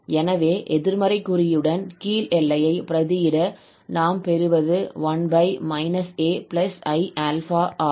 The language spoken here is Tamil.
எனவே எதிர்மறை குறியுடன் கீழ் எல்லையை பிரதியிட நாம் பெறுவது 1 ai∝ ஆகும்